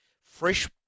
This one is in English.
Fresh